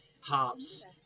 hops